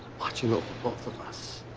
watching over both of us.